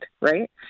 right